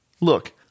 Look